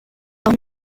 leur